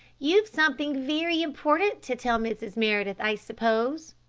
you've something very important to tell mrs. meredith, i suppose.